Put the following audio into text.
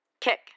Kick